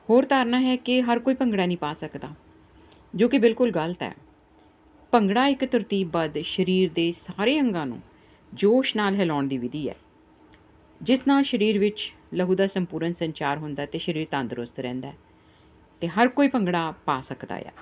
ਹੋਰ ਧਾਰਨਾ ਹੈ ਕਿ ਹਰ ਕੋਈ ਭੰਗੜਾ ਨਹੀਂ ਪਾ ਸਕਦਾ ਜੋ ਕਿ ਬਿਲਕੁਲ ਗਲਤ ਹੈ ਭੰਗੜਾ ਇੱਕ ਤਰਤੀਬ ਬਧ ਸਰੀਰ ਦੇ ਸਾਰੇ ਅੰਗਾਂ ਨੂੰ ਜੋਸ਼ ਨਾਲ ਹਿਲਾਉਣ ਦੀ ਵਿਧੀ ਹੈ ਜਿਸ ਨਾਲ ਸਰੀਰ ਵਿੱਚ ਲਹੂ ਦਾ ਸੰਪੂਰਨ ਸੰਚਾਰ ਹੁੰਦਾ ਅਤੇ ਸਰੀਰ ਤੰਦਰੁਸਤ ਰਹਿੰਦਾ ਹੈ ਅਤੇ ਹਰ ਕੋਈ ਭੰਗੜਾ ਪਾ ਸਕਦਾ ਏ ਆ